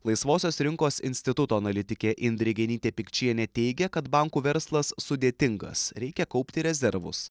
laisvosios rinkos instituto analitikė indrė genytė pikčienė teigia kad bankų verslas sudėtingas reikia kaupti rezervus